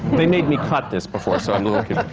they made me cut this before, so and like yeah